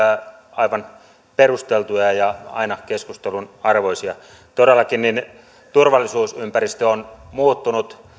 aivan perusteltuja ja aina keskustelun arvoisia todellakin turvallisuusympäristö on muuttunut